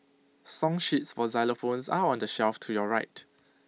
song sheets for xylophones are on the shelf to your right